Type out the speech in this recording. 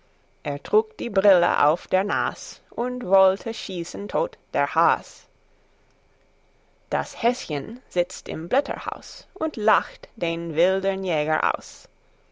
er trug die brille auf der nas und wollte schießen tot den has das häschen sitzt im blätterhaus und lacht den wilden jäger aus